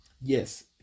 yes